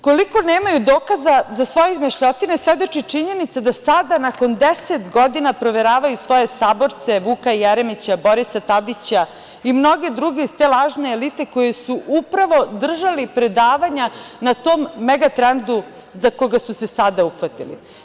Koliko nemaju dokaza za svoje izmišljotine svedoči činjenica da sada, nakon 10 godina, proveravaju svoje saborce – Vuka Jeremića, Borisa Tadića i mnoge druge iz te lažne elite koji su upravo držali predavanja na tom „Megatrendu“ za koji su se sada uhvatili.